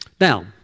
Now